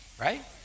right